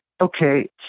Okay